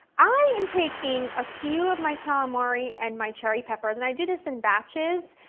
i am taking a few of my calamari and my cherry peppers, and i do this in batches.